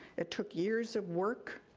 it took years of work,